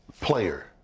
player